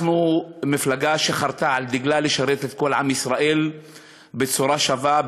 אנחנו מפלגה שחרתה על דגלה לשרת את כל עם ישראל בצורה שווה,